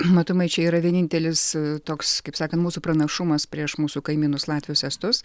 matomai čia yra vienintelis toks kaip sakant mūsų pranašumas prieš mūsų kaimynus latvius estus